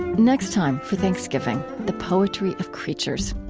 next time, for thanksgiving the poetry of creatures.